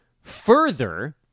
further